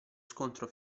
scontro